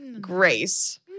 Grace